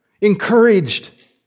Encouraged